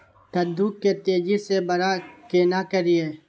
कद्दू के तेजी से बड़ा केना करिए?